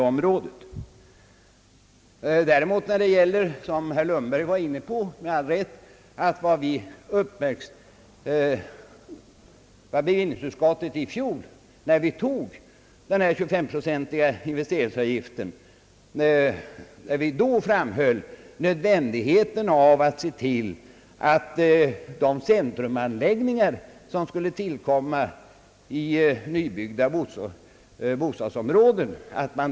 När bevillningsutskottet i fjol tog den 29-procentiga investeringsavgiften, framhöll vi nödvändigheten av att se till att man visade särskilda hänsyn till behovet av centrumanläggningar, som skulle tillkomma i nybyggda bostadsområden.